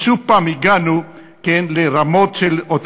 כי שוב הגענו לרמות מתחת לכל ביקורת